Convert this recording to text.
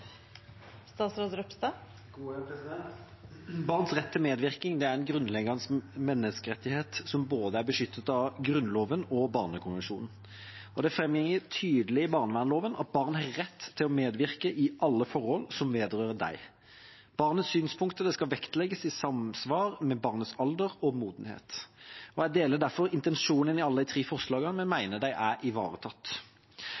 en grunnleggende menneskerettighet som er beskyttet både av Grunnloven og av barnekonvensjonen. Det framgår tydelig av barnevernsloven at barn har rett til å medvirke i alle forhold som vedrører dem. Barnets synspunkter skal vektlegges i samsvar med barnets alder og modenhet. Jeg deler derfor intensjonen i alle tre forslagene, men